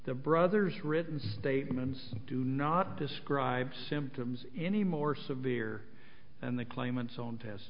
the brother's written statements do not describe symptoms any more severe and the claimant's own test